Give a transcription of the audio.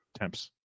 temps